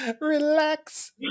relax